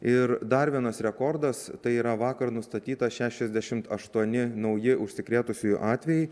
ir dar vienas rekordas tai yra vakar nustatytas šešiasdešimt aštuoni nauji užsikrėtusiųjų atvejai